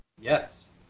Yes